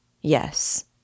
Yes